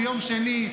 ביום שני,